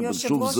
אבל שוב,